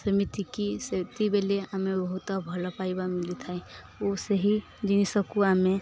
ସେମିତିକି ସେଥିବେଳେ ଆମେ ବହୁତ ଭଲ ପାଇବା ମଳିିଥାଏ ଓ ସେହି ଜିନିଷକୁ ଆମେ